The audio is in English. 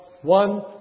one